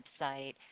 website